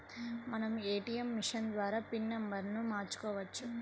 మనం ATM machine ద్వారా pin నెంబర్ను మార్చుకోవచ్చు